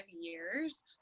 years